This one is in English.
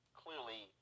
clearly